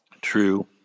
true